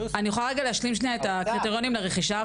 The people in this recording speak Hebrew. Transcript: אני יכולה רגע להשלים את הקריטריונים לרכישה?